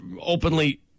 openly